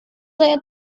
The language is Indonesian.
saya